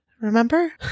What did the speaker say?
Remember